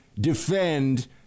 defend